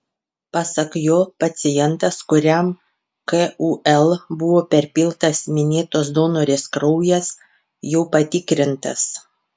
pasak jo pacientas kuriam kul buvo perpiltas minėtos donorės kraujas jau patikrintas